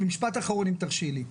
זה משפט אחרון אם תרשי לי.